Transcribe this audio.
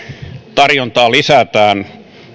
tarjontaa lisätään